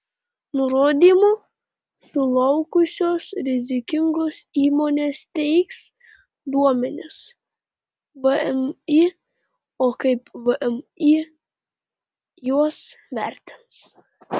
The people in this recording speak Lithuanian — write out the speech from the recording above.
nurodymų sulaukusios rizikingos įmonės teiks duomenis vmi o kaip vmi juos vertins